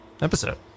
episode